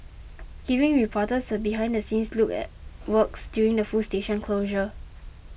giving reporters a behind the scenes look at works during the full station closure